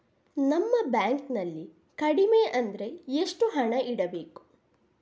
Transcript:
ನಮ್ಮ ಬ್ಯಾಂಕ್ ನಲ್ಲಿ ಕಡಿಮೆ ಅಂದ್ರೆ ಎಷ್ಟು ಹಣ ಇಡಬೇಕು?